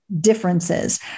differences